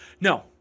No